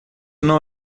não